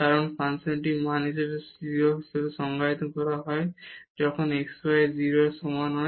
কারণ ফাংশনটি মান 0 হিসাবে সংজ্ঞায়িত করা হয় যখন xy 0 এর সমান নয়